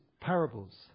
parables